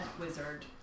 wizard